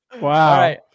Wow